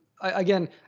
again